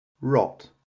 rot